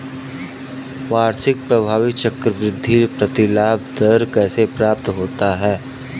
वार्षिक प्रभावी चक्रवृद्धि प्रतिलाभ दर कैसे प्राप्त होता है?